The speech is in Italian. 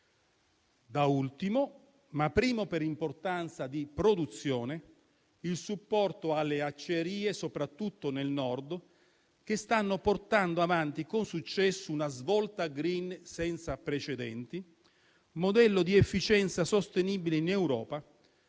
Da ultimo, ma primo per importanza di produzione, cito il supporto alle acciaierie, soprattutto nel Nord, che stanno portando avanti con successo una svolta *green* senza precedenti, modello di efficienza sostenibile in Europa,